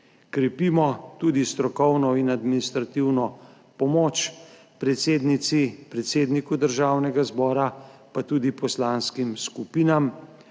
Krepimo tudi strokovno in administrativno pomoč predsednici, predsedniku Državnega zbora, pa tudi poslanskim skupinam.